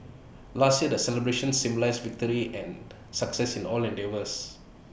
last year the celebrations symbolised victory and success in all endeavours